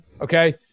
Okay